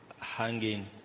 hanging